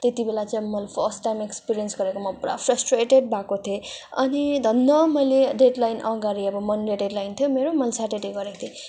त्यति बेला चाहिँ अब मलाई फर्स्ट टाइम एक्सपिरियन्स गरेको म पुरा फ्रसट्रेटेड भएको थिएँ अनि धन्न मैले डेडलाइन अगाडि अब मन्डे डेडलाइन थियो मैले सेटर्डे गरेको थिएँ